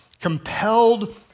compelled